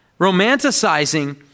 Romanticizing